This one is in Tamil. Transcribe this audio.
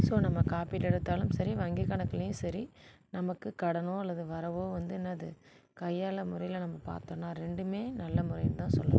ஸோ நம்ம காப்பீடு எடுத்தாலும் சரி வங்கிக் கணக்குலையும் சரி நமக்கு கடனோ அல்லது வரவோ வந்து என்னது கையாள முறையில் நம்ம பார்த்தோம்னா ரெண்டுமே நல்ல முறைன்னு தான் சொல்லணும்